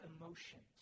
emotions